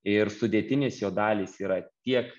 ir sudėtinės jo dalys yra tiek